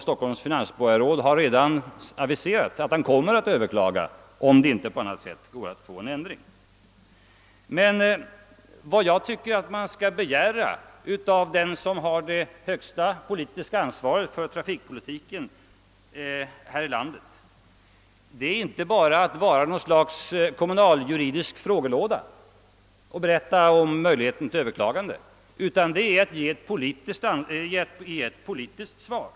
Stockholms finansborgarråd har redan aviserat att man kommer att överklaga, om det inte går att få en ändring till stånd på annat sätt. Jag tycker emellertid att man kan begära av den, som har det högsta politiska ansvaret för trafikpolitiken här i landet, inte bara att han skall vara något slags kommunaljuridisk frågelåda och berätta om möjligheterna till överklagande, utan att han också ger ett politiskt svar.